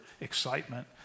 excitement